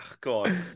God